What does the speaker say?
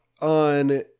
on